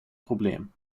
problem